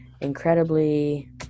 Incredibly